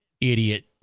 idiot